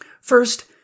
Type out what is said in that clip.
First